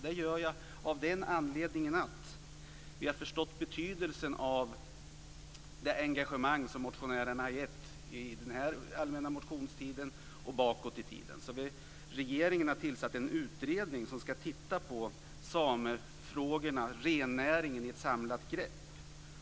Det gör jag av den anledningen att vi har förstått betydelsen av det engagemang som motionärerna har visat under allmänna motionstiden och bakåt i tiden. Regeringen har tillsatt en utredning som ska titta på samefrågorna och rennäringen i ett samlat grepp.